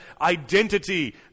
identity